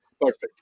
Perfect